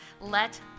let